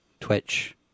Twitch